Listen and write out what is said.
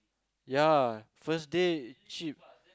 ya first day cheap